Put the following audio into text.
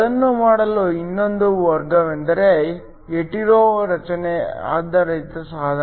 ಅದನ್ನು ಮಾಡಲು ಇನ್ನೊಂದು ಮಾರ್ಗವೆಂದರೆ ಹೆಟೆರೊ ರಚನೆ ಆಧಾರಿತ ಸಾಧನ